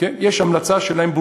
יש המלצה שלהם,